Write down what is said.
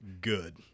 good